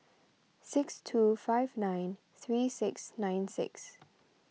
six two five nine three six nine six